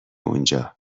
اونجا